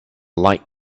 like